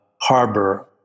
harbor